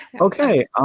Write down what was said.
Okay